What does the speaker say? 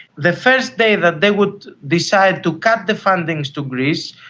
the first day that they would decide to cut the fundings to greece,